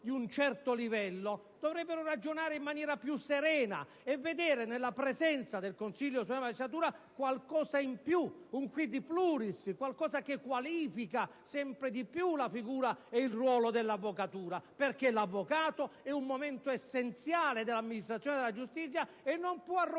di un certo livello, dovrebbero ragionare in maniera più serena e vedere nella presenza del Consiglio superiore della magistratura qualcosa in più, un *quid pluris*, qualcosa che qualifica sempre di più la figura e il ruolo dell'avvocatura, perché l'avvocato è un momento essenziale dell'amministrazione della giustizia e non può arroccarsi,